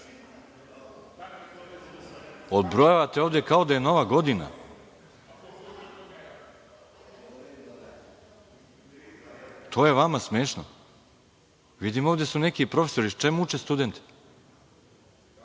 smešno? Odbrojavate ovde kao da je Nova godina. To je vama smešno? Vidim, ovde su neki profesori. Čemu uče studente?